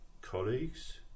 colleagues